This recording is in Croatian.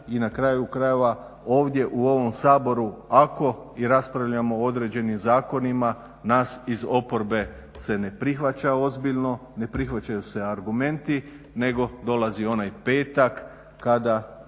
i na kraju krajeva ovdje u ovom Saboru ako i raspravljamo o određenim zakonima nas iz oporbe se ne prihvaća ozbiljno, ne prihvaćaju se argumenti nego dolazi onaj petak kada